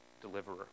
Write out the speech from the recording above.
Deliverer